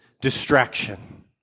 Distraction